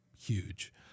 huge